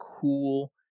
cool